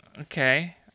Okay